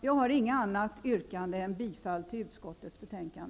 Jag har inget annat yrkande än bifall till utskottets hemställan.